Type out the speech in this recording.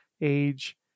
age